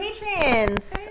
patrons